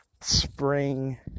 spring